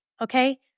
okay